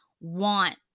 want